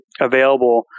available